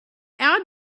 our